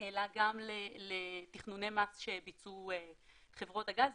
אלא גם לתכנוני מס שביצעו חברות הגז.